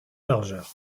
largeur